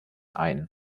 ein